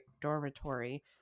dormitory